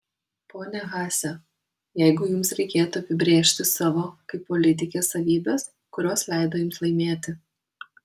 ponia haase jeigu jums reikėtų apibrėžti savo kaip politikės savybes kurios leido jums laimėti